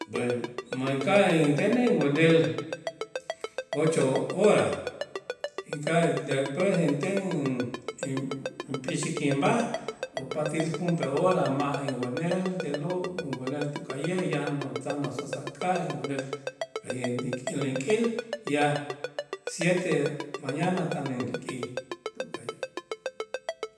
Bueno, ma' inka'aj intenej inwenel ocho hora inka'aj después inten in- inp'i'xik inb'aj upat'äl junp'ee hora ma' inwenel te'lo' uwenel tuka'ye' ya no tan usasaka' inwenel wa'ye' inlik'il ya siete mañana tan inlik'il tuka'ye'.